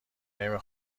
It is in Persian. نمی